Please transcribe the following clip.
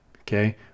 okay